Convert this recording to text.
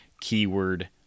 keyword